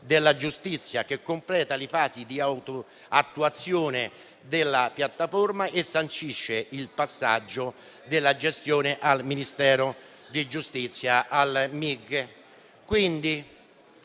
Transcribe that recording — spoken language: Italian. della giustizia, che completa le fasi di auto-attuazione della piattaforma e sancisce il passaggio della gestione al Ministero di giustizia (Mig).